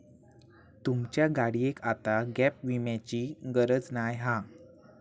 तुमच्या गाडियेक आता गॅप विम्याची गरज नाय हा